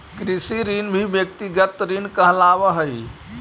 कृषि ऋण भी व्यक्तिगत ऋण कहलावऽ हई